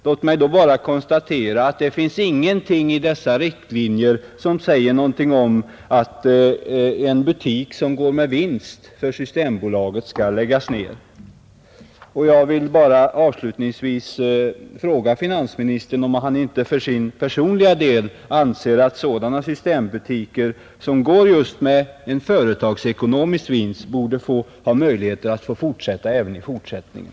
Låt mig då bara konstatera att det finns ingenting i dessa riktlinjer som säger något om att en butik som går med vinst för Systembolaget skall läggas ned. Jag vill bara avslutningsvis fråga finansministern om han inte för sin personliga del anser att sådana systembutiker som just går med en företagsekonomisk vinst borde ha möjligheter att få fortsätta även i framtiden.